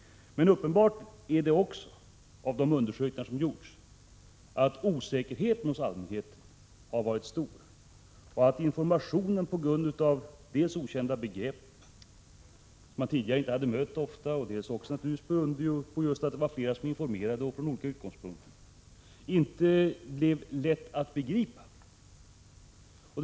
Men uppenbart är — det framgår av de undersökningar som gjorts — att osäkerheten hos allmänheten har varit stor och att informationen inte blev lätt att begripa dels på grund av att man möttes av dittills okända begrepp, dels på grund av att det var flera som informerade och gjorde det från olika utgångspunkter.